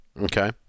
Okay